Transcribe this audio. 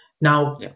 Now